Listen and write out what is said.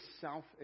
self